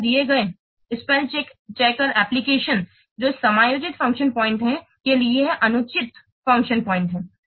तो यह दिए गए वर्तनी चेकर अनुप्रयोग जो समायोजित फ़ंक्शन पॉइंट है के लिए यह अनुचित फ़ंक्शन पॉइंट है